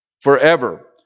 forever